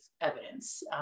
evidence